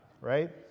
right